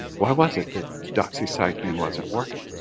why was it that doxycycline wasn't working?